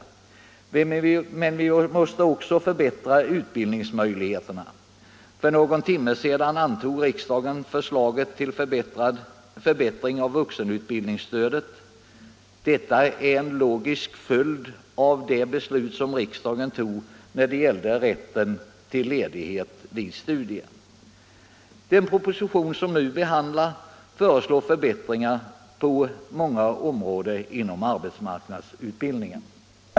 Men vi måste också förbättra utbildningsmöjligheterna. För någon timme sedan antog riksdagen förslaget till förbättring av vuxenutbildningsstödet som är en logisk följd av riksdagens beslut om rätten till ledighet vid studier. I den proposition som vi nu behandlar föreslås förbättringar på många punkter inom arbetsmarknadsutbildningen.